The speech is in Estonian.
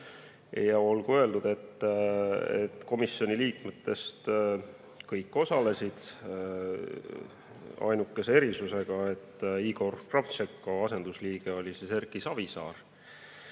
Olgu öeldud, et komisjoni liikmetest kõik osalesid, ainukese erisusega, et Igor Kravtšenko asendusliige oli Erki Savisaar.